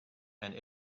and